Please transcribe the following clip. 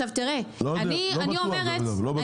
לא בטוח דרך אגב.